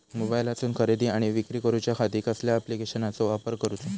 मोबाईलातसून खरेदी आणि विक्री करूच्या खाती कसल्या ॲप्लिकेशनाचो वापर करूचो?